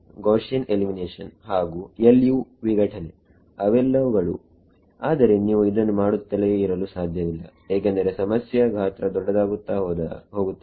Gaussian elimination ಹಾಗು LU ವಿಘಟನೆ ಅವೆಲ್ಲವುಗಳು ಆದರೆ ನೀವು ಇದನ್ನು ಮಾಡುತ್ತಲೇ ಇರಲು ಸಾಧ್ಯವಿಲ್ಲ ಏಕೆಂದರೆ ಸಮಸ್ಯೆಯ ಗಾತ್ರ ದೊಡ್ಡದಾಗುತ್ತಾ ಹೋಗುತ್ತದೆ